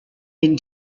den